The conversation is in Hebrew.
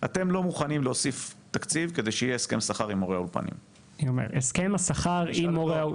אתם לא מוכנים להוסיף תקציב כדי שיהיה הסכם שכר עם מורי האולפנים.